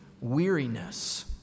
weariness